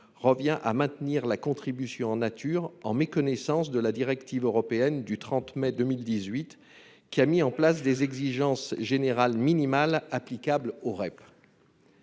revient à maintenir une contribution en nature, en méconnaissance de la directive européenne du 30 mai 2018, qui a posé des exigences générales minimales applicables à la